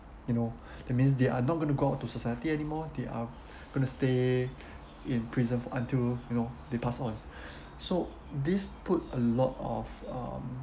you know that means they are not going to go out to society anymore they are going to stay in prison until you know they pass on so this put a lot of um